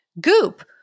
Goop